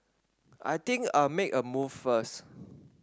I think I'll make a move first